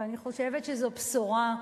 ואני חושבת שזו בשורה,